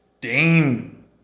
Dame